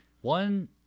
one